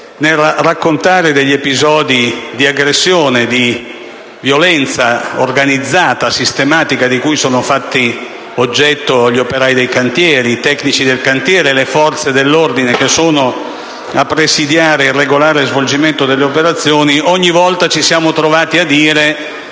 nel raccontare degli episodi di aggressione e violenza organizzata e sistematica di cui sono fatti oggetto gli operai dei cantieri, i tecnici del cantiere e le forze dell'ordine che sono a presidiare il regolare svolgimento delle operazioni, ogni volta ci siamo trovati a dire